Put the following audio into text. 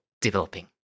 developing